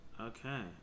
Okay